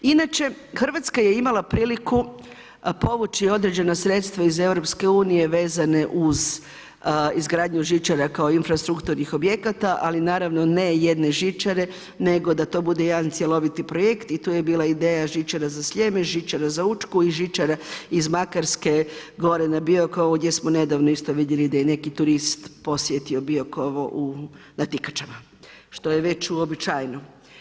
Inače, Hrvatska je imala priliku povući određena sredstva iz EU-a vezane uz izgradnju žičara kao infrastrukturnih objekata ali naravno ne jedne žičare nego da to bude jedan cjeloviti projekt i tu je bila ideja žičara sa Sljeme, žičara za Učku i žičara iz Makarske gore na Biokovo gdje smo nedavno isto vidjeli da je neki turist posjetio Bikovo u natikačama što je već uobičajeno.